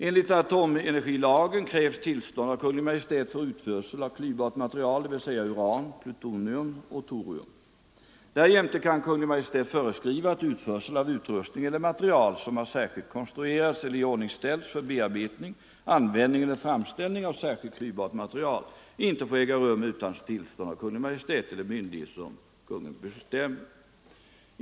Enligt atomenergilagen krävs tillstånd av Kungl. Maj:t för utförsel av klyvbart material, dvs. uran, plutonium och torium. Därjämte kan Kungl. Maj:t föreskriva att utförsel av utrustning eller material som har särskilt konstruerats eller iordningställts för bearbetning, användning eller framställning av särskilt klyvbart material inte får äga rum utan tillstånd av Kungl. Maj:t eller myndighet som Kungl. Maj:t bestämmer.